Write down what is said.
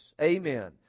Amen